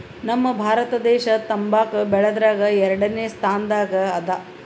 ನಮ್ ಭಾರತ ದೇಶ್ ತಂಬಾಕ್ ಬೆಳ್ಯಾದ್ರಗ್ ಎರಡನೇ ಸ್ತಾನದಾಗ್ ಅದಾ